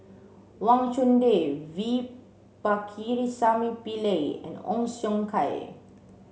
Wang Chunde V Pakirisamy Pillai and Ong Siong Kai